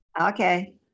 okay